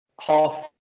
half